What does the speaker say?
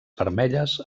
vermelles